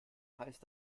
heißt